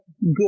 good